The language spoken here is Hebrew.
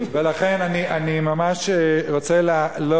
לכן אני ממש רוצה לא